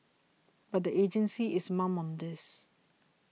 but the agency is mum on this